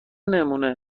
نمونهمن